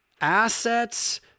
assets